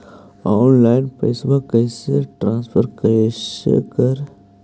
Online पैसा कैसे transfer कैसे कर?